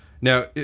Now